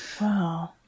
Wow